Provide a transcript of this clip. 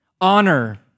Honor